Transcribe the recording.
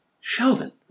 Sheldon